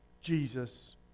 Jesus